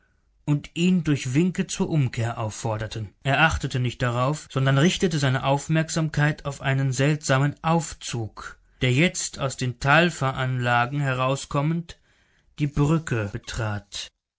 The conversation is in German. und ihn durch winke zur umkehr aufforderten er achtete nicht darauf sondern richtete seine aufmerksamkeit auf einen seltsamen aufzug der jetzt aus den talfer anlagen herauskommend die brücke betrat